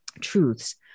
truths